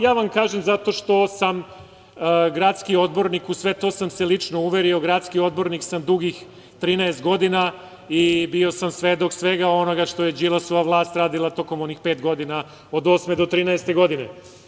Ja vam kažem zato što sam gradski odbornik, u sve to sam se lično uverio, gradski odbornik sam dugih 13 godina i bio sam svedok svega onoga što je Đilasova vlast radila tokom onih pet godina od 2008. do 2013. godine.